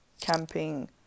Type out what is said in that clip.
camping